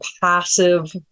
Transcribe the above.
passive